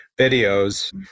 videos